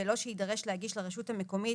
בלא שיידרש להגיש לרשות המקומית